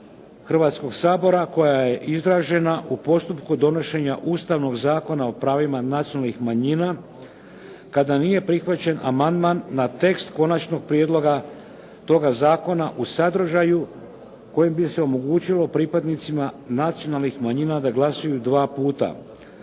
Hrvatskog sabora koja je izražena u postupku donošenja Ustavnog zakona o pravima nacionalnih manjina kada nije prihvaćen amandman na tekst konačnog prijedloga toga zakona u sadržaju kojim bi se omogućilo pripadnicima nacionalnih manjina da glasuju dva puta.